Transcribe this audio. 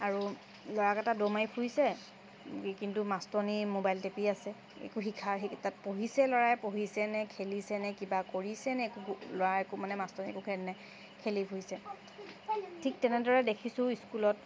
আৰু ল'ৰাকেইটা দৌৰ মাৰি ফুৰিছে কিন্তু মাষ্টৰণী মোবাইল টিপি আছে একো শিক্ষা তাত পঢ়িছে ল'ৰাই পঢ়িছেনে খেলিছেনে কিবা কৰিছেনে একো ল'ৰাই একো মানে মাষ্টৰণী একো খেল নাই খেলি ফুৰিছে ঠিক তেনেদৰে দেখিছোঁ স্কুলত